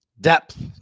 Depth